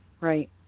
Right